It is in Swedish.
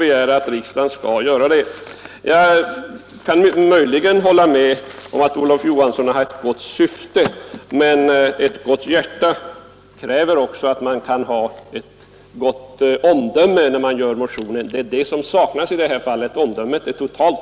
Jag tror som sagt att herr Olof Johansson har haft ett gott syfte, men ett gott hjärta kräver också ett gott omdöme. Omdömet är totalt borta i det här fallet.